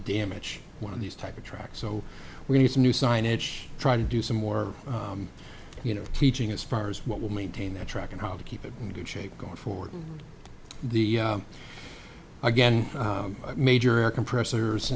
damage one of these type of tracks so we need some new signage try to do some more you know teaching as far as what will maintain that track and how to keep it in good shape going forward and the again major air compressors